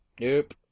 Nope